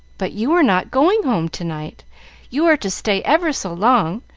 but you are not going home to-night you are to stay ever so long.